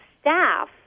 staff